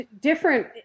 different